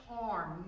arm